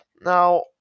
Now